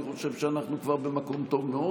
אני חושב שאנחנו כבר במקום טוב מאוד.